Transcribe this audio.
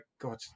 God